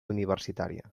universitària